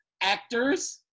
actors